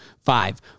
Five